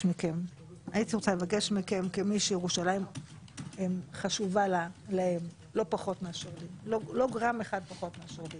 מכם כמי שירושלים חשובה להם לא גרם אחד פחות מאשר לי